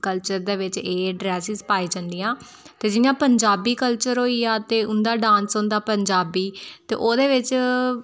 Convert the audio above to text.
culture दे बिच्च एह् ड्रेसेस पाई जंदियां ते जियां पंजाबी कल्चर होई गेआ ते उं'दा डांस होंदा पंजाबी ते ओह्दे बिच्च